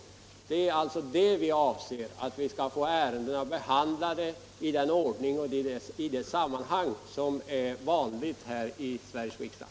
Det är alltså vad vi vill åstadkomma: att få ärendena behandlade i den ordning som är vanlig och i det sammanhang som är vanligt här i Sveriges riksdag.